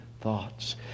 thoughts